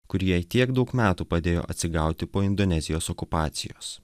kuri jai tiek daug metų padėjo atsigauti po indonezijos okupacijos